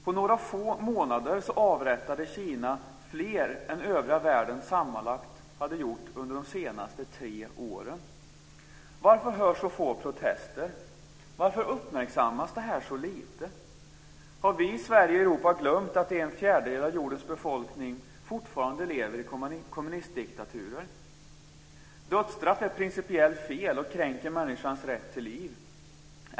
På några få månader avrättade Kina fler människor än den övriga världen sammantaget hade gjort under de senaste tre åren. Varför hörs så få protester? Varför uppmärksammas det här så lite? Har vi i Sverige och i Europa glömt att en fjärdedel av jordens befolkning fortfarande lever under kommunistdiktaturer? Dödsstraff är principiellt fel och kränker människans rätt till liv.